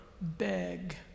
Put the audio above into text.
beg